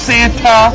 Santa